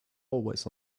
always